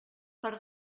per